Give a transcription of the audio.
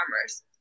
farmers